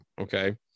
Okay